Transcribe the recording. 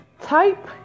Type